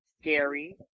Scary